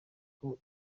uko